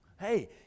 Hey